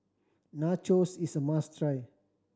nachos is a must try